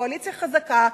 קואליציה חזקה.